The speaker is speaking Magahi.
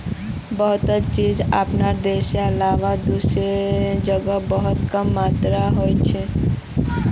बहुतला चीज अपनार देशेर अलावा दूसरा जगह बहुत कम मात्रात हछेक